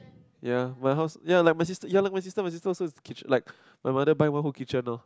ya my house ya like my sister ya lah my sister my sister also catch like my mother buy one whole kitchen loh